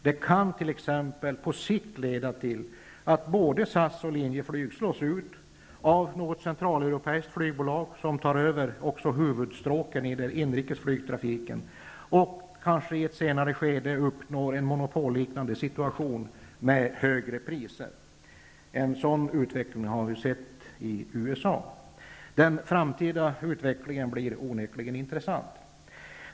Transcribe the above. Det kan t.ex. på sikt leda till att både SAS och Linjeflyg slås ut av något centraleuropeiskt bolag som tar över också huvudstråken i den inrikes flygtrafiken och kanske i ett senare skede uppnår en monopolliknande situationen med höga priser. En sådan utveckling har vi sett i USA. Den framtida utvecklingen blir onekligen intressant.